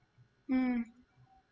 mm